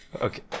Okay